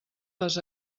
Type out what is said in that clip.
les